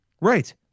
Right